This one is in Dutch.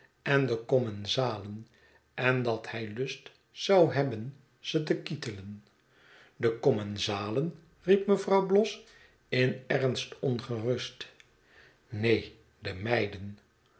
en de commensalen en dat hij lust zou hebben ze te kittelen de commensalen riep mevrouw bloss in ernst ongerust neen de meiden